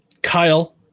Kyle